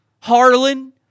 Harlan